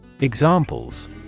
Examples